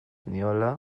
nindoala